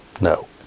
No